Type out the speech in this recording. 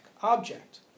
object